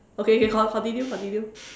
okay okay con~ continue continue